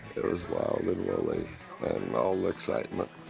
it was wild and woolly and all excitement.